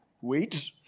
Wait